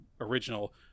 original